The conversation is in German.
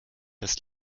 das